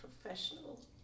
professional